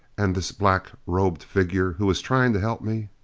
and this black-robed figure who was trying to help me.